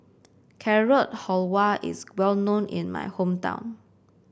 Carrot Halwa is well known in my hometown